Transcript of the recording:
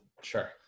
Sure